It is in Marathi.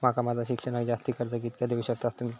माका माझा शिक्षणाक जास्ती कर्ज कितीचा देऊ शकतास तुम्ही?